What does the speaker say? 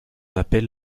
appelle